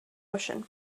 ocean